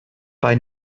bei